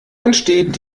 entsteht